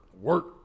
work